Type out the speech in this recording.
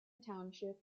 township